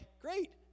great